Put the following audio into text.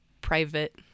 private